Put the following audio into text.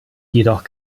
jedoch